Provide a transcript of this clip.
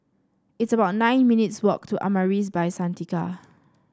it's about nine minutes' walk to Amaris By Santika